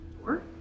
door